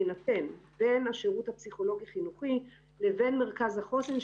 בין אם השירות הפסיכולוגי חינוכי או מרכז החוסן,